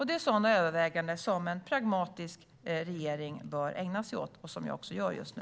Det är sådana överväganden som en pragmatisk regering bör ägna sig åt och som jag gör just nu.